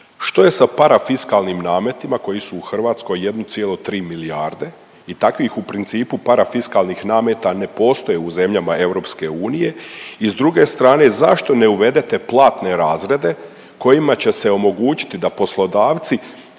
što je sa parafiskalnim nametima koji su u Hrvatskoj 1,3 milijarde i takvih u principu, parafiskalnih nameta ne postoje u zemljama EU i s druge strane, zašto ne uvedete platne razrede kojima će se omogućiti da poslodavci